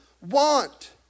want